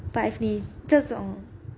but if near 这种